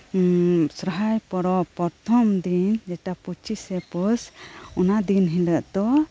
ᱥᱚᱦᱚᱨᱟᱭ ᱯᱚᱨᱚᱵ ᱯᱨᱚᱛᱷᱚᱢ ᱫᱤᱱ ᱡᱮᱴᱟ ᱯᱩᱪᱤᱥᱮ ᱯᱚᱥ ᱚᱱᱟᱫᱤᱱ ᱦᱤᱞᱟᱹᱜ ᱫᱚ